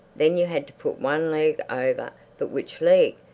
then you had to put one leg over. but which leg?